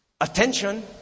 attention